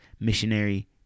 missionary